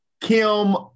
Kim